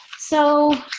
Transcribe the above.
so